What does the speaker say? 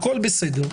הכול בסדר.